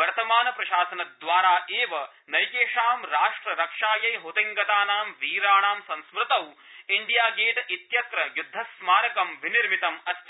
वर्तमान प्रशासनद्वारा एव नैकेषां राष्ट्ररक्षायै हतिंगताना वीराणा संस्मृतौ इण्डिया गेट इत्यत्र युद्धस्मारकं विनिर्मितं अस्ति